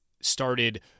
started